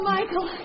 Michael